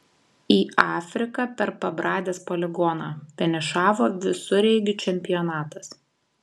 į afriką per pabradės poligoną finišavo visureigių čempionatas